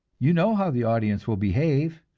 you know how the audience will behave.